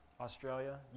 Australia